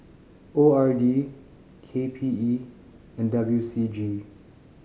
O R D K P E and W C G